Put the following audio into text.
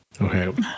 Okay